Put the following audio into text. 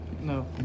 No